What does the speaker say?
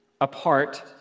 apart